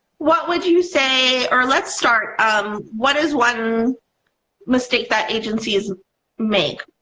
what would you say or let's start um what is one mistake that agencies make?